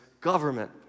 government